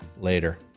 later